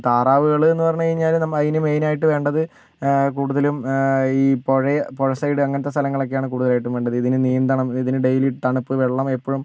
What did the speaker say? താറാവുകൾ എന്ന് പറഞ്ഞ് കഴിഞ്ഞാൽ നമ്മൾ അതിന് മെയ്നായിട്ട് വേണ്ടത് ആ കൂടുതലും ആ ഈ പുഴയാണ് പുഴ സൈഡ് അങ്ങനത്തെ സ്ഥലങ്ങളക്കെയാണ് കൂടുതലായിട്ടും വേണ്ടത് ഇതിന് നീന്തണം ഇതിന് ഡെയിലി തണുപ്പ് വെള്ളം എപ്പോഴും